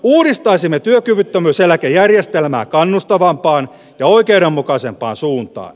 uudistaisimme työkyvyttömyyseläkejärjestelmää kannustavampaan ja oikeudenmukaisempaan suuntaan